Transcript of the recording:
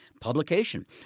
publication